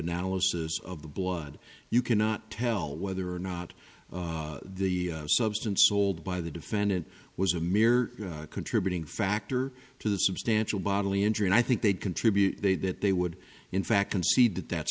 analysis of the blood you cannot tell whether or not the substance sold by the defendant was a mere contributing factor to the substantial bodily injury and i think they contribute they that they would in fact concede that that's